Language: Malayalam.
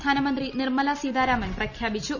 ധനമന്ത്രി നിർമ്മല സീതാരാമൻ പ്രഖ്യാപിച്ചു